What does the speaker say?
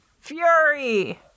fury